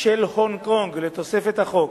של הונג-קונג לתוספת החוק.